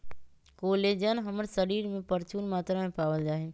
collagen हमर शरीर में परचून मात्रा में पावल जा हई